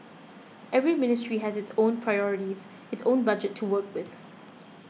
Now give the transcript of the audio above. every ministry has its own priorities its own budget to work with